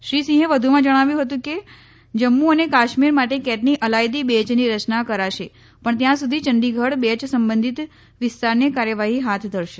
શ્રી સિંહે વધુમાં જણાવ્યું હતું કે જમ્મુ અને કાશ્મીર માટે કેટની અલાયદી બેંચની રચના કરાશે પણ ત્યાં સુધી ચંડીગઢ બેંચ સંબંધીત વિસ્તારની કાર્યવાહી હાથ ધરશે